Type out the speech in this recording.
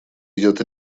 идет